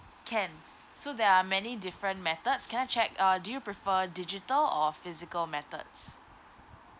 can so there are many different methods can I check uh do you prefer digital or physical methods